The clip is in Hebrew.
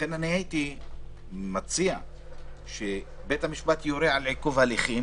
לכן הייתי מציע שבית המשפט יורה על עיכוב הליכים